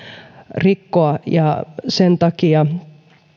rikkoa sen takia